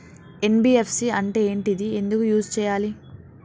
NBFC అంటే ఏంటిది ఎందుకు యూజ్ చేయాలి?